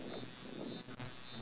back in twenty sixteen